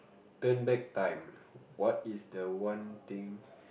turn back time what is the one thing